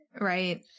Right